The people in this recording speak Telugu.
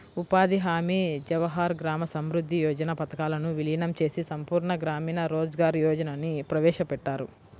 ఉపాధి హామీ, జవహర్ గ్రామ సమృద్ధి యోజన పథకాలను వీలీనం చేసి సంపూర్ణ గ్రామీణ రోజ్గార్ యోజనని ప్రవేశపెట్టారు